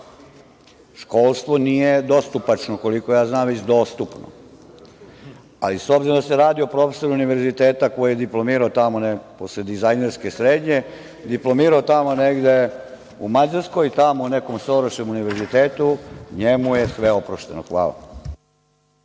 školstvo nije dostupačno, koliko ja znam, već dostupno, ali i s obzirom da se radi o profesoru univerziteta koji je diplomirao posle dizajnerske srednje, diplomirao tamo negde u Mađarskoj, tamo u nekom Soroševom univerzitetu, njemu je sve oprošteno. Hvala.